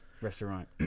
restaurant